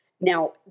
Now